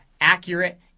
accurate